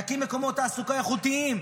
נקים מקומות תעסוקה איכותיים,